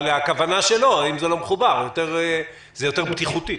אבל הכוונה שלו שאם זה לא מחובר לאינטרנט זה יותר בטיחותי.